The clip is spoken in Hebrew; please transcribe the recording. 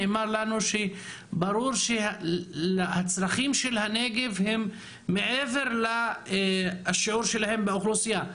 שברור שהצרכים של הנגב הם מעבר לשיעור שלהם באוכלוסייה.